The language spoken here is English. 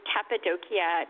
Cappadocia